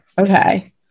Okay